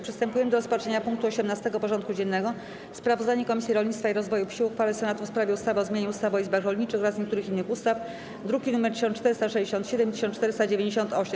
Przystępujemy do rozpatrzenia punktu 18. porządku dziennego: Sprawozdanie Komisji Rolnictwa i Rozwoju Wsi o uchwale Senatu w sprawie ustawy o zmianie ustawy o izbach rolniczych oraz niektórych innych ustaw (druki nr 1467 i 1498)